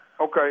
Okay